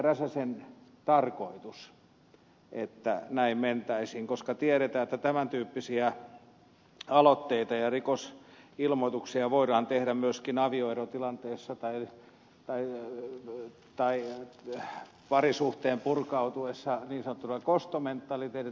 räsäsen tarkoitus että näin mentäisiin koska tiedetään että tämän tyyppisiä aloitteita ja rikosilmoituksia voidaan tehdä myöskin avioerotilanteissa tai parisuhteen purkautuessa kostomielessä